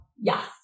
Yes